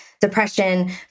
depression